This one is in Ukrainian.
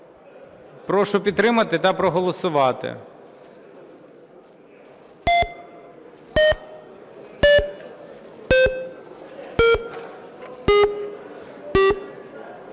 Прошу підтримати та проголосувати.